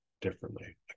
differently